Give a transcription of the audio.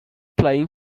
playing